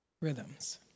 rhythms